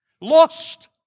lost